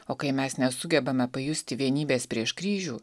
o kai mes nesugebame pajusti vienybės prieš kryžių